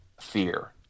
fear